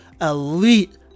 elite